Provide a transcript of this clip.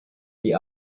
the